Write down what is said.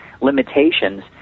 limitations